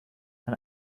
and